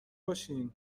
باشین